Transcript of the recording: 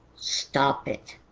stop it